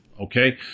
okay